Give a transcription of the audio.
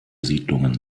siedlungen